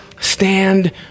stand